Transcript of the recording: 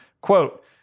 quote